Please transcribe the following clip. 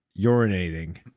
urinating